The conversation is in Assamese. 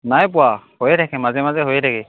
নাই পোৱা হৈয়ে থাকে মাজে মাজে হৈয়ে থাকে